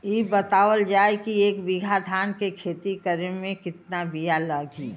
इ बतावल जाए के एक बिघा धान के खेती करेमे कितना बिया लागि?